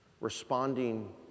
responding